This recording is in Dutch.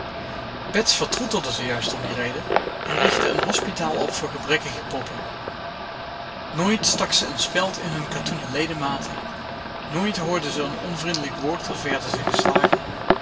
vertroetelde ze juist om die reden en richtte een hospitaal op voor gebrekkige poppen nooit stak ze een speld in hun katoenen ledematen nooit hoorden ze een onvriendelijk woord of werden ze geslagen